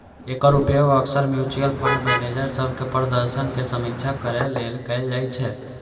एकर उपयोग अक्सर mutual fund manager सभक प्रदर्शनक समीक्षा करै लेल कैल जाइ छै